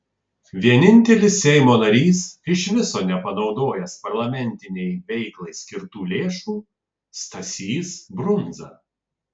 vienintelis seimo narys iš viso nepanaudojęs parlamentinei veiklai skirtų lėšų stasys brundza